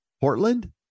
Portland